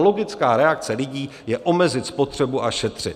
Logická reakce lidí je omezit spotřebu a šetřit.